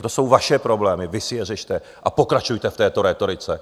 To jsou vaše problémy, vy si je řešte a pokračujte v této rétorice.